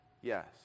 Yes